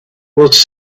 was